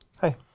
Hi